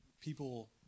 people